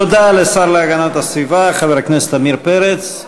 תודה לשר להגנת הסביבה חבר הכנסת עמיר פרץ.